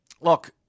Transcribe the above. look